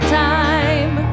time